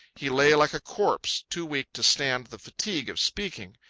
he lay like a corpse, too weak to stand the fatigue of speaking,